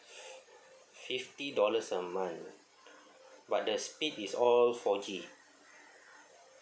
fifty dollars a month but the speed is all four G